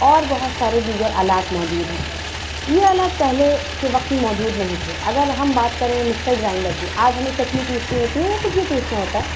اور بہت سارے دیگر آلات موجود ہیں یہ آلات پہلے کے وقت میں موجود نہیں تھے اگر ہم بات کر رہے ہیں مکسر گرائنڈر کی آج ہمیں چٹنی پیسنی ہوتی ہے یا کچھ بھی پیسنا ہوتا ہے